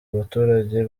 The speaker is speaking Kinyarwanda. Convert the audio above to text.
abaturage